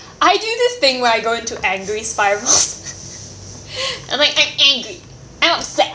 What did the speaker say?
I do this thing where I go into angry spiral I'm like I'm angry I'm upset